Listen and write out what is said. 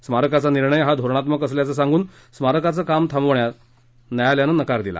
स्मारकाचा निर्णय हा धोरणात्मक असल्याचं सांगून स्मारकाचं काम थांबवण्यात न्यायालयानं नकार दिला